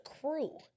crew